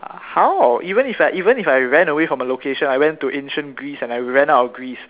how even if I even if I ran away from a location I went to ancient Greece and I ran out of Greece